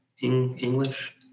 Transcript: English